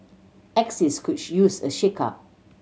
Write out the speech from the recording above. axis could use a shakeup